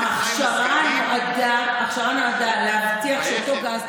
ההכשרה נועדה להבטיח שאותו גז,